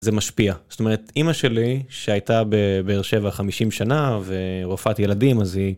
זה משפיע, זאת אומרת אימא שלי שהייתה בבאר שבע חמישים שנה ורופאת ילדים אז היא...